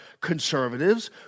conservatives